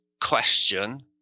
question